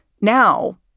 now